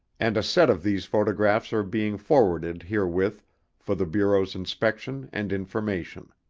and a set of these photographs are being forwarded herewith for the bureau's inspection and information.